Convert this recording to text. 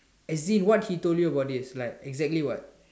as in what he told you about this like exactly what